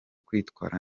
kwitwara